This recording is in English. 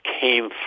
came